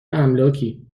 املاکی